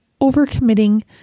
overcommitting